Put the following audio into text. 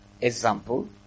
example